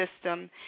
system